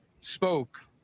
spoke